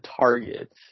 targets